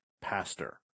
pastor